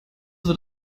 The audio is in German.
wird